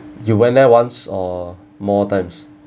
you went there once or more times